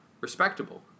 respectable